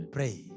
Pray